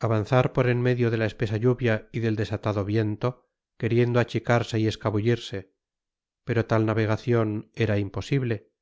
avanzar por en medio de la espesa lluvia y del desatado viento queriendo achicarse y escabullirse pero tal navegación era imposible